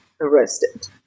arrested